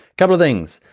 couple things,